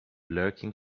lurking